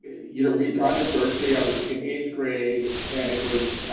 you know, we'd gone to berkeley, i was in eighth grade, and it was